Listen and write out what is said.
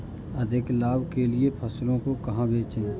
अधिक लाभ के लिए फसलों को कहाँ बेचें?